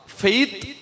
faith